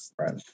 Right